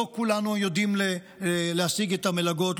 לא כולנו יודעים להשיג את המלגות,